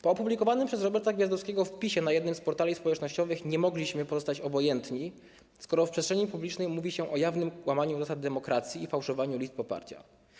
Po opublikowanym przez Roberta Gwiazdowskiego wpisie na jednym z portali społecznościowych nie mogliśmy pozostać obojętni, skoro w przestrzeni publicznej mówi się o jawnym łamaniu zasad demokracji i fałszowaniu list poparcia.